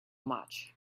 much